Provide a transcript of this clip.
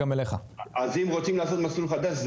אז אם רוצים לעשות מסלול חדש,